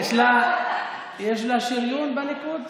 יש לה שריון בליכוד?